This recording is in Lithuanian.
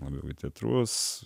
labiau į teatrus